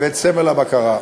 ואת סמל הבקרה.